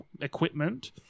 Equipment